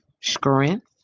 strength